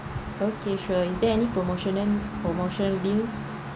okay sure is there any promotion promotional deals